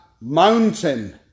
mountain